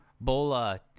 Bola